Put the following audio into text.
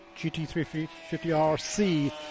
GT350RC